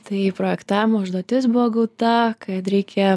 tai projektavimo užduotis buvo gauta kad reikia